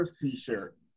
t-shirt